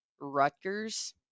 Rutgers